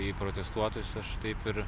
į protestuotojus aš taip ir